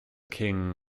king